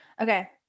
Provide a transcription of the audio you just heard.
Okay